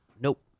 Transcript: Nope